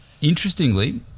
Interestingly